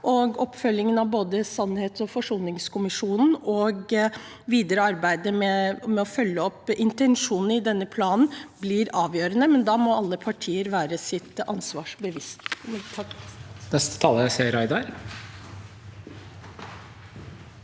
oppfølgingen av sannhets- og forsoningskommisjonen og videre arbeider med å følge opp intensjonene i denne planen blir avgjørende, men da må alle partier være seg sitt ansvar bevisst.